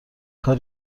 کار